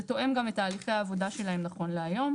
תואם גם את הליכי העבודה שלהם נכון להיום.